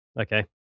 Okay